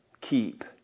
keep